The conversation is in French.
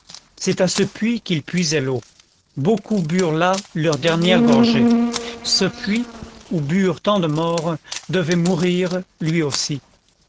c'est à ce puits qu'il puisait l'eau beaucoup burent là leur dernière gorgée ce puits où burent tant de morts devait mourir lui aussi